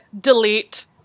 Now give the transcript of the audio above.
Delete